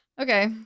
Okay